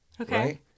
Okay